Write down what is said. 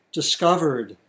discovered